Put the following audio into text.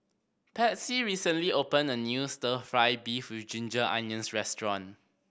Patsy recently opened a new Stir Fry beef with ginger onions restaurant